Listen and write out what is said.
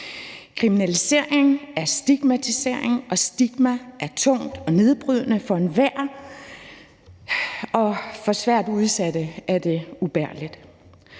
Kriminalisering er stigmatisering, og stigma er tungt og nedbrydende for enhver, og for svært udsatte er det ubærligt.